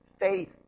faith